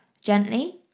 gently